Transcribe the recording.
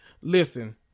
listen